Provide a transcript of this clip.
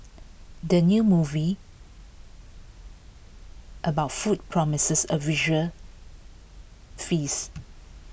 the new movie about food promises A visual feast